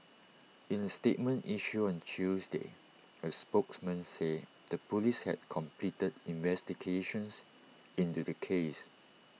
in A statement issued on Tuesday A spokesman said the Police had completed investigations into the case